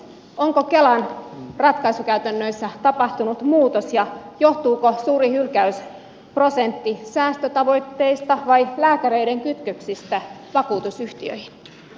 onko kelan ratkaisukäytännöissä tapahtunut muutos ja johtuuko suuri hylkäysprosentti säästötavoitteista vai lääkäreiden kytköksistä vakuutusyhtiöihin